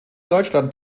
deutschland